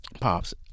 Pops